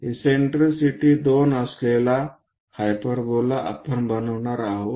eccentricity 2 असलेला hyperbola आपण बनवणार आहोत